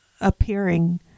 appearing